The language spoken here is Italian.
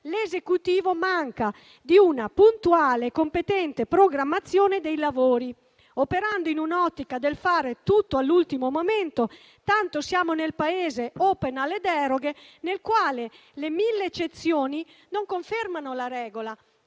l'Esecutivo manca di una puntuale e competente programmazione dei lavori, operando in un'ottica del fare tutto all'ultimo momento, tanto siamo nel Paese *open* alle deroghe nel quale le mille eccezioni non confermano la regola,